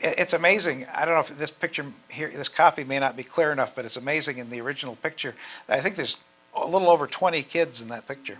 it's amazing i don't know if this picture here in this copy may not be clear enough but it's amazing in the original picture i think there is a little over twenty kids in that picture